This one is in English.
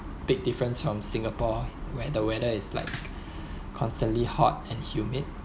big difference from singapore where the weather is like constantly hot and humid